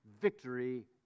Victory